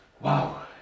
Wow